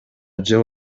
жыл